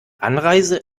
anreise